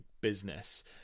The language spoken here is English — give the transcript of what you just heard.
business